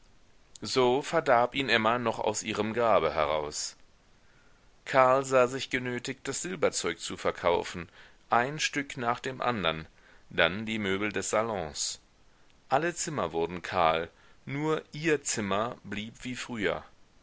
so verdarb ihn emma noch aus ihrem grabe heraus karl sah sich genötigt das silberzeug zu verkaufen ein stück nach dem andern dann die möbel des salons alle zimmer wurden kahl nur ihr zimmer blieb wie früher